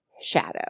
shadow